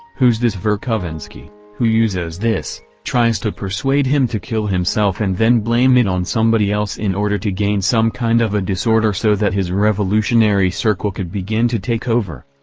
who's this verkhovensky, who uses this, tries to persuade him to kill himself and then blame it on somebody else in order to gain some kind of a disorder so that his revolutionary circle could begin to take over.